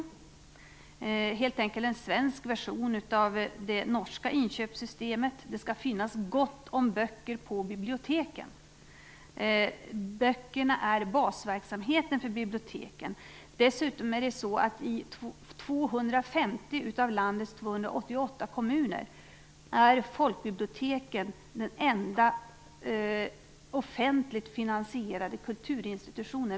Det är helt enkelt en svensk version av det norska inköpssystemet. Det skall finnas gott om böcker på biblioteken. Böckerna är basverksamheten för biblioteken. Dessutom är det så att i 250 av landets 288 kommuner är folkbiblioteket den enda offentligt finansierade kulturinstitutionen.